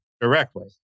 directly